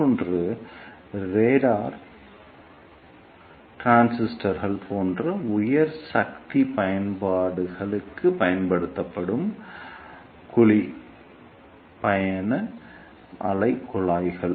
மற்றொன்று ரேடார் டிரான்ஸ்மிட்டர்கள் போன்ற உயர் சக்தி பயன்பாடுகளுக்குப் பயன்படுத்தப்படும் குழி பயண அலைக் குழாய்கள்